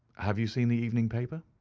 have you seen the evening paper?